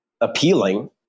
appealing